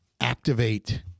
activate